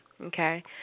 okay